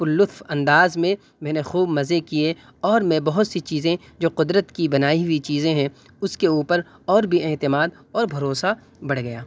پر لطف انداز میں میں نے خوب مزے کیے اور میں بہت سی چیزیں جو قدرت کی بنائی ہوئی چیزیں ہیں اس کے اوپر اور بھی اعتماد اور بھروسہ بڑھ گیا